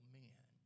men